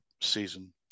season